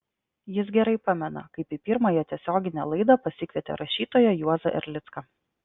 jis gerai pamena kaip į pirmąją tiesioginę laidą pasikvietė rašytoją juozą erlicką